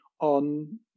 on